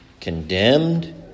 condemned